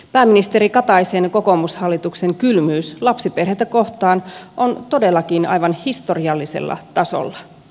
pääministeri kataisen kokoomushallituksen kylmyys lapsiperheitä kohtaan on todellakin aivan historiallisella tasolla